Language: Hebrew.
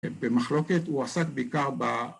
במחלוקת הוא עסק בעיקר ב...